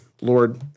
Lord